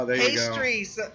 pastries